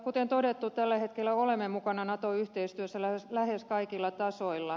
kuten todettu tällä hetkellä olemme mukana nato yhteistyössä lähes kaikilla tasoilla